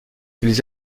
ils